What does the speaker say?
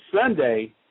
Sunday